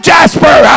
Jasper